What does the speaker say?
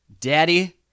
Daddy